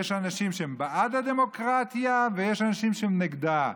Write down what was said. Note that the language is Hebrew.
יש אנשים שהם בעד הדמוקרטיה ויש אנשים שהם נגדה.